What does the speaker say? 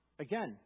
Again